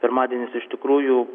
pirmadienis iš tikrųjų